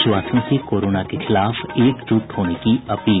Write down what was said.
देशवासियों र्से कोरोना के खिलाफ एकजुट होने की अपील